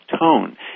tone